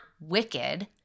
wicked